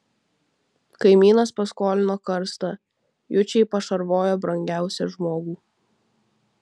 kaimynas paskolino karstą jučai pašarvojo brangiausią žmogų